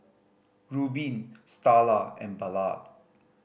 Rubin Starla and Ballard